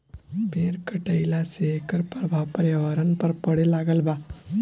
पेड़ कटईला से एकर प्रभाव पर्यावरण पर पड़े लागल बा